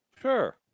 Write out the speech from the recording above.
Sure